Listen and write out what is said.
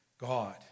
God